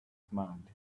smiled